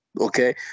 Okay